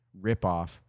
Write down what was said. ripoff